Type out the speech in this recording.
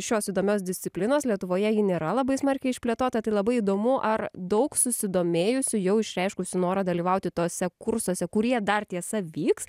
šios įdomios disciplinos lietuvoje ji nėra labai smarkiai išplėtota tai labai įdomu ar daug susidomėjusių jau išreiškusių norą dalyvauti tuose kursuose kurie dar tiesa vyks